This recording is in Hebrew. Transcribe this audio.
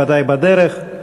ודאי בדרך.